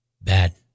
Bad